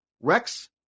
Rex